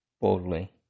boldly